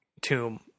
tomb